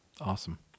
Awesome